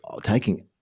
taking